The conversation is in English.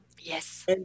Yes